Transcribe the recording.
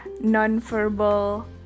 non-verbal